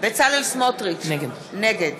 בצלאל סמוטריץ, נגד